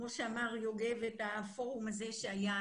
כמו שאמר יוגב את הפורום הזה שהיה